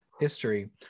history